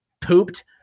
pooped